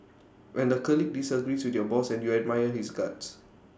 when the colleague disagrees with your boss and you admire his guts